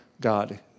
God